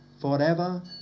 forever